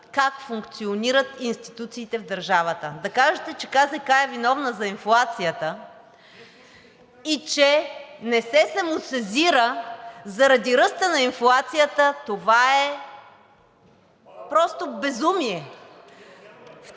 как функционират институциите в държавата. Да кажете, че КЗК е виновна за инфлацията и че не се самосезира заради ръста на инфлацията, това е просто безумие.